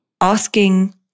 asking